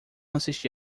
assisti